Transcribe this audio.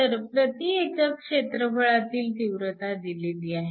तर प्रति एकक क्षेत्रफळातील तीव्रता दिलेली आहे